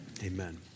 Amen